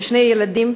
של שני ילדים,